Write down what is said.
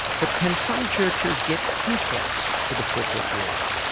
but can some churches get too close to the corporate world?